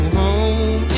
home